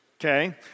okay